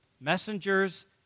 messengers